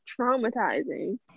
traumatizing